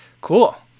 Cool